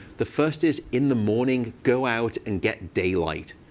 the first is in the morning, go out and get daylight,